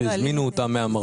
שהזמינו אותם מהמרב"ד.